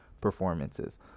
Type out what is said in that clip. performances